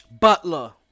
Butler